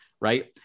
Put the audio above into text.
right